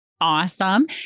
awesome